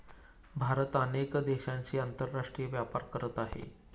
भारत अनेक देशांशी आंतरराष्ट्रीय व्यापार करत आहे